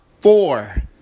four